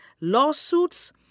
lawsuits